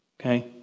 okay